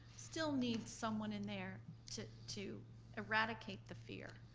still needs someone in there to to eradicate the fear.